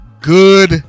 good